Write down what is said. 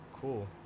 cool